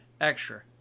extra